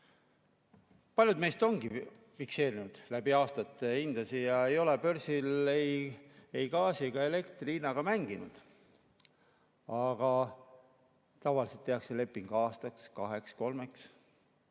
Paljud meist ongi fikseerinud läbi aastate hindasid, ei ole börsil ei gaasi‑ ega elektrihinnaga mänginud. Aga tavaliselt tehakse leping aastaks, kaheks või kolmeks.